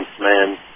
man